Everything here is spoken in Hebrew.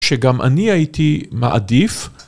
שגם אני הייתי מעדיף.